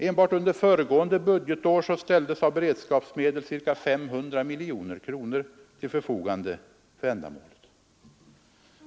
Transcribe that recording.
Enbart under föregående budgetår ställdes ca 500 miljoner kronor av beredskapsmedel till förfogande för det ändamålet.